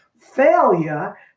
Failure